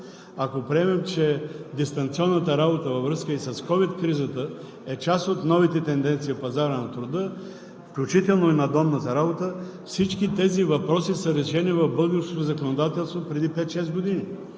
ако приемем, че дистанционната работа във връзка и с ковид кризата е част от новите тенденции на пазара на труда, включително и надомната работа, всички тези въпроси са решени в българското законодателство преди пет-шест години,